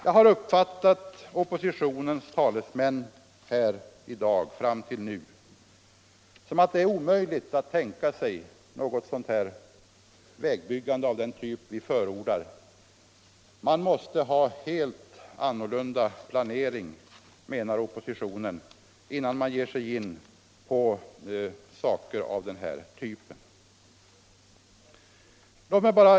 Jag har uppfattat oppositionens talesmän här i dag som att det är omöjligt att tänka sig något vägbyggande av den typ som vi förordar. Man måste ha en helt annan planering, menar oppositionen, innan man ger sig in på saker av detta slag.